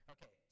Okay